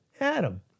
Adam